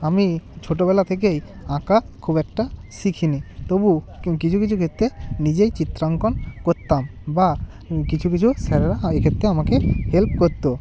আমি ছোটোবেলা থেকেই আঁকা খুব একটা শিখি নি তবু কিছু কিছু ক্ষেত্রে নিজেই চিত্রাঙ্কন করতাম বা কিছু কিছু স্যারেরা এক্ষেত্রে আমাকে হেল্প করত